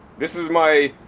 this is my